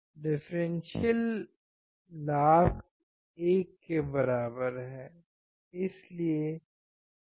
differential लाभ 1 के बराबर है